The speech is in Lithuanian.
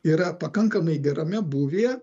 yra pakankamai gerame būvyje